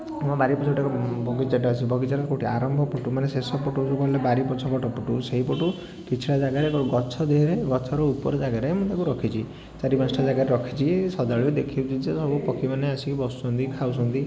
ମୋ ବାରି ପଛପଟେ ଗୋଟେ ବଗିଚାଟା ଅଛି ବଗିଚାର କେଉଁଠି ଆରମ୍ଭପଟୁ ମାନେ ଶେଷପଟୁ ଯେଉଁ ବାରିପଛ ପଟକୁ ସେଇପଟୁ କିଛିଟା ଜାଗାରେ ଏକ ଗଛ ଦେହରେ ଗଛର ଉପର ଜାଗାରେ ମୁଁ ତାକୁ ରଖିଛି ଚାରି ପାଞ୍ଚଟା ଜାଗାରେ ରଖିଛି ସଦାବେଳେ ଦେଖୁଛି ଯେ ସବୁ ପକ୍ଷୀମାନେ ଆସି ବସୁଛନ୍ତି ଖାଉଛନ୍ତି